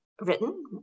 written